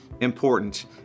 important